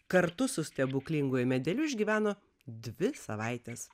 kartu su stebuklinguoju medeliu išgyveno dvi savaites